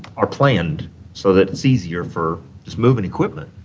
are planned so that it's easier for just moving equipment.